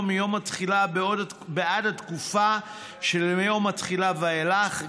מיום התחולה בעד התקופה שמיום התחילה ואילך.